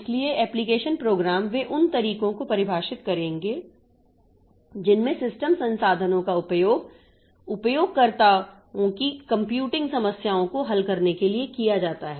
इसलिए application program वे उन तरीकों को परिभाषित करेंगे जिनमें सिस्टम संसाधनों का उपयोग उपयोगकर्ताओं की कंप्यूटिंग समस्याओं को हल करने के लिए किया जाता है